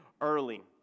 early